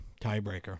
Tiebreaker